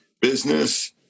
Business